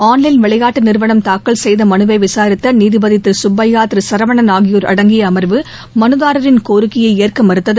online விளையாட்டு நிறுவனம் தாக்கல் செய்த மனுவை விசாரித்த நீதிபதி திரு சுப்பையா திரு சரவணன் ஆகியோர் அடங்கிய அமர்வு மனுதாரரின் கோரிக்கையை ஏற்க மறுத்தது